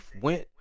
went